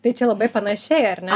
tai čia labai panašiai ar ne